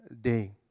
day